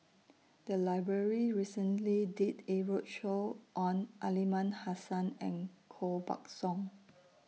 The Library recently did A roadshow on Aliman Hassan and Koh Buck Song